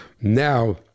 now